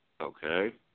Okay